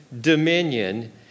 dominion